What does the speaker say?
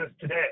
today